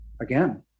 again